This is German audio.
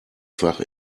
fach